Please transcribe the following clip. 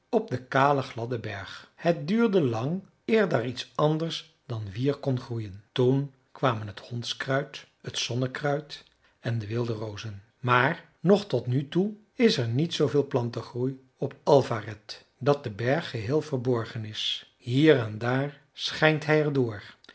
op den kalen gladden berg het duurde lang eer daar iets anders dan wier kon groeien toen kwamen het hondskruid het zonnekruid en de wilde rozen maar nog tot nu toe is er niet zooveel plantengroei op alvaret dat de berg geheel verborgen is hier en daar schijnt